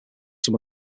some